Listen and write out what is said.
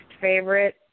favorite